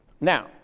Now